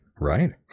right